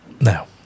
Now